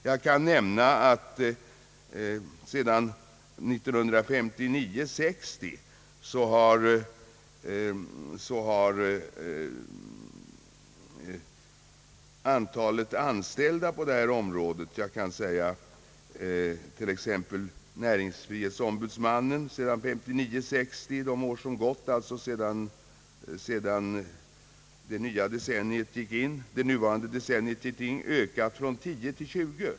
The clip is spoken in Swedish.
Jag kan nämna att sedan 1959/60 har personalstyrkan hos t.ex. näringsfrihetsombudsmannen ökat från tio till tjugo.